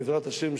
בעזרת השם,